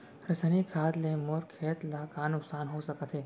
रसायनिक खाद ले मोर खेत ला का नुकसान हो सकत हे?